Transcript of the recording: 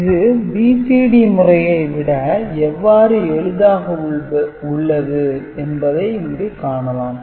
இது BCD முறையை விட எவ்வாறு எளிதாக உள்ளது என்பதை இங்கு காணலாம்